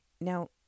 Now